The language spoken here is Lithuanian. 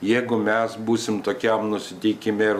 jeigu mes būsim tokiam nusiteikime ir